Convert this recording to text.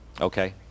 Okay